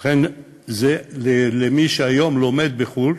אכן, זה למי שהיום לומד בחו"ל,